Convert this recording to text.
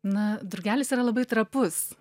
na drugelis yra labai trapus